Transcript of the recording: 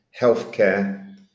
healthcare